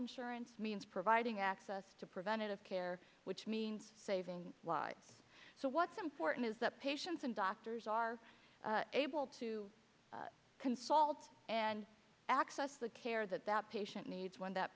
insurance means providing access to preventive care which means saving so what's important is that patients and doctors are able to consult and access the care that that patient needs when that